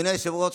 אדוני היושב-ראש,